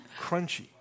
Crunchy